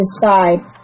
decide